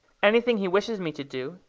anything he wishes me to do,